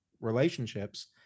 relationships